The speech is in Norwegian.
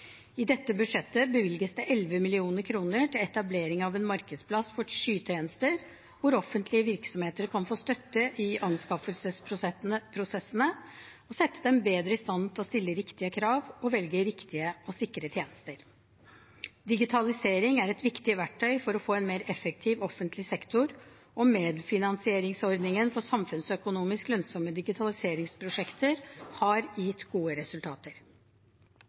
I dette budsjettet bevilges det 11 mill. kr til etablering av en markedsplass for skytjenester, hvor offentlige virksomheter kan få støtte i anskaffelsesprosessene og settes bedre i stand til å stille riktige krav og velge riktige og sikre tjenester. Digitalisering er et viktig verktøy for å få en mer effektiv offentlig sektor, og medfinansieringsordningen for samfunnsøkonomisk lønnsomme digitaliseringsprosjekter har gitt gode resultater.